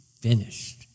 finished